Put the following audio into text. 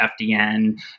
FDN